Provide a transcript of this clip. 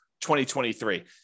2023